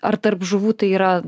ar tarp žuvų tai yra